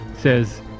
says